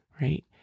right